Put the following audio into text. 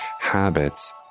habits